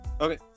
Okay